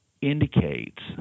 indicates